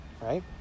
Right